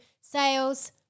sales